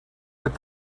with